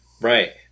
right